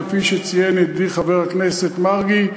כפי שציין ידידי חבר הכנסת מרגי.